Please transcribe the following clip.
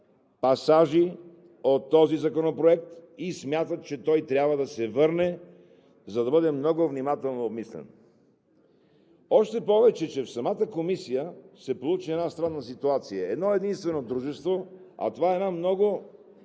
пасажи от този законопроект и смятат, че той трябва да се върне, за да бъде много внимателно обмислен. Още повече, че в самата Комисия се получи една странна ситуация. Едно-единствено дружество, а това е едно много…